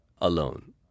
alone